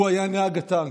הוא היה נהג הטנק.